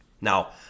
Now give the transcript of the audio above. Now